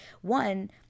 one